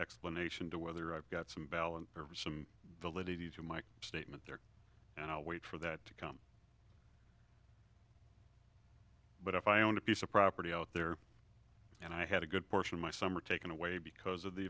explanation to whether i've got some balance some the ladies in my statement there and i'll wait for that to come but if i owned a piece of property out there and i had a good portion of my summer taken away because of the